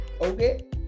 okay